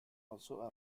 also